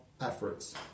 efforts